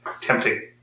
tempting